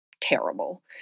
terrible